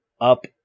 up